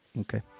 Okay